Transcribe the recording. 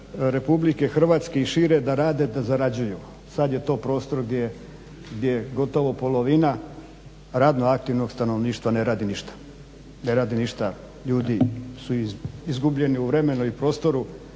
prostora RH i šire da rade, da zarađuju. Sad je to prostor gdje je gotovo polovina radno aktivnog stanovništva ne radi ništa. Ne radi ništa, ljudi su izgubljeni u vremenu i prostoru,